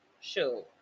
Sure